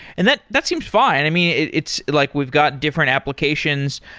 and that that seems fine. i mean, it's like we've got different applications,